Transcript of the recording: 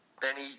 Benny